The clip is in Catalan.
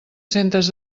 centres